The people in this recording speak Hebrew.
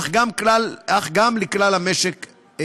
אך גם לכלל המשק.